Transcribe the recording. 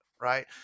right